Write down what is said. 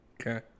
Okay